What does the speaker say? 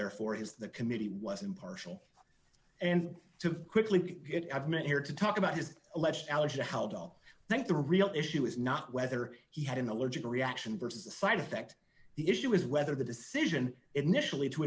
therefore his that committee was impartial and to quickly get i've meant here to talk about his alleged allergy to help all think the real issue is not whether he had an allergic reaction versus a side effect the issue is whether the decision initially to